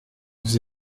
vous